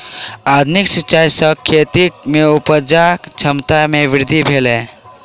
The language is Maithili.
आधुनिक सिचाई सॅ खेत में उपजा क्षमता में वृद्धि भेलै